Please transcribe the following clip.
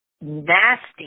nasty